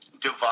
divide